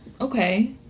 okay